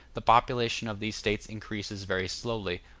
the population of these states increases very slowly,